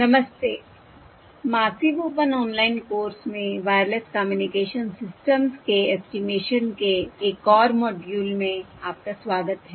नमस्ते massive open online course में wireless communication systems के ऐस्टीमेशन के एक और मॉड्यूल में आपका स्वागत है